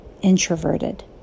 introverted